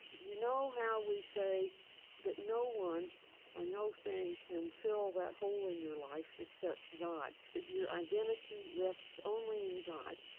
you know how we say that no one or no thing can fill that hole in your life except god, that your identity rests only in god,